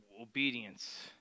obedience